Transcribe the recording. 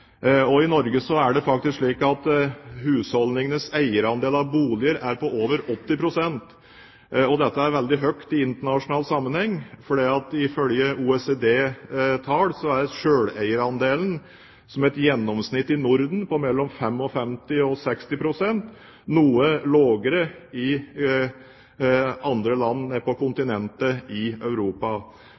sparingen i Norge seg opp mot eierskap i bolig. I Norge er husholdningenes eierandel av boliger på over 80 pst. Dette er veldig høyt i internasjonal sammenheng, for ifølge OECDs tall er selveierandelen i Norden i gjennomsnitt på mellom 55 og 60 pst., noe lavere i andre land på kontinentet i Europa.